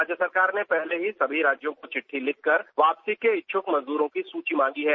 राज्य सरकार ने पहले ही सभी राजयों को चिद्वी लिखकर वापसी के इच्छुक मजदूरों की सूची मांगी है